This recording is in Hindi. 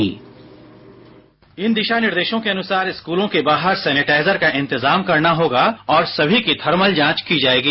साउंड बाईट इन दिशानिर्देशों के अनुसार स्कूलों के बाहर सैनिटाइजर का इंतजाम करना होगा और समी की थर्मल जांच की जाएगी